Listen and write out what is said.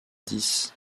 dix